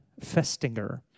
Festinger